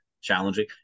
challenging